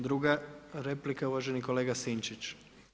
Druga replika uvaženi kolega Sinčić.